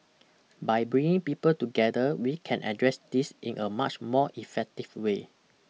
by bringing people together we can address this in a much more effective way